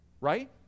right